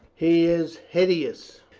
he is hideous,